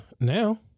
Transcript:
now